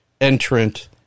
entrant